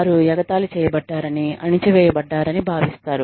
వారు ఎగతాళి చేయబడ్డారని అణిచివేయబడ్డారని భావిస్తారు